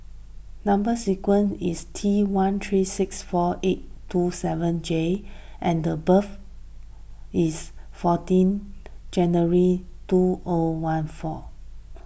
Number Sequence is T one three six four eight two seven J and the birth is fourteen January two O one four